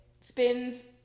spins